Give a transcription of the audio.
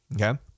okay